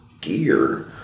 gear